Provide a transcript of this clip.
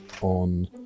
on